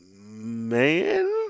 man